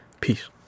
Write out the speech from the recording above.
peace